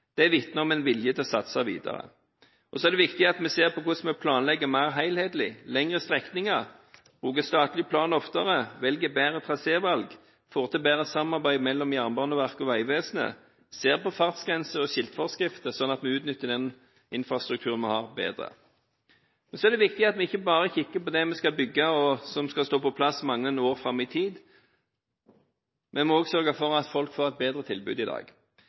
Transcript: Det vitner om en vilje til å satse videre. Det er viktig at vi ser på hvordan vi planlegger mer helhetlig – planlegger lengre strekninger og bruker statlig plan oftere, velger bedre traseer, får til bedre samarbeid mellom Jernbaneverket og Vegvesenet, ser på fartsgrenser og skiltforskrifter, slik at vi utnytter den infrastrukturen vi har, bedre. Men så er det viktig at vi ikke bare kikker på det vi skal bygge – og som skal stå mange år fram i tid – vi må også sørge for at folk får et bedre tilbud i dag.